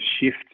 shift